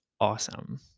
awesome